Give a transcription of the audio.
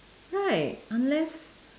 right unless